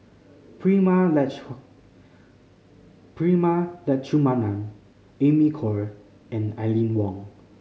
Prema Prema Letchumanan Amy Khor and Aline Wong